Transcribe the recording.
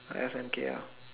F and K ah